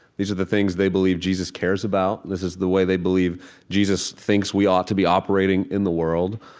these are the things they believe jesus cares about, this is the way they believe jesus thinks we ought to be operating in the world,